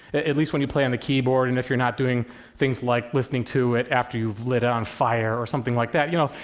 least when you play on the keyboard, and if you're not doing things like listening to it after you've lit it on fire or something like that, you know.